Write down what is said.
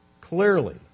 Clearly